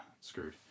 screwed